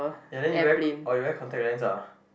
ya then you wear or you wear contact lens lah